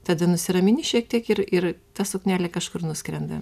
tada nusiramini šiek tiek ir ir ta suknelė kažkur nuskrenda